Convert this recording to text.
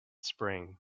spring